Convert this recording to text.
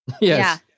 Yes